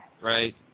Right